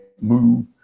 move